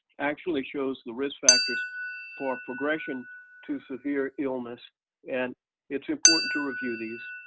actually shows the risk factors for progression to severe illness and it's important to review these.